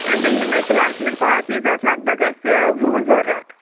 بیٚیہِ یِمَے classmate copies آسہٕ لگ بگ اَسہِ وُہ ضوٚرَتھ